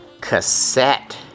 cassette